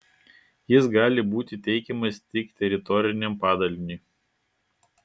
jis gali būti teikiamas tik teritoriniam padaliniui